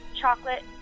chocolate